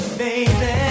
baby